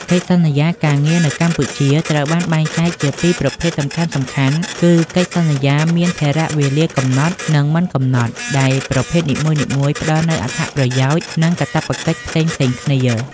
កិច្ចសន្យាការងារនៅកម្ពុជាត្រូវបានបែងចែកជាពីរប្រភេទសំខាន់ៗ គឺកិច្ចសន្យាមានថិរវេលាកំណត់ និងមិនកំណត់ ដែលប្រភេទនីមួយៗផ្តល់នូវអត្ថប្រយោជន៍ និងកាតព្វកិច្ចផ្សេងៗគ្នា។